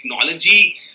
technology